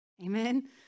Amen